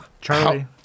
Charlie